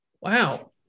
Wow